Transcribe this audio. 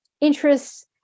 interests